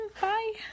Bye